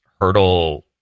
hurdle